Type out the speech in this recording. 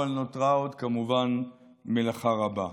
אבל נותרה עוד כמובן מלאכה רבה: